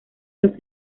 los